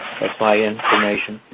my information.